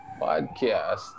podcast